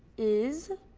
is